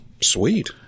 Sweet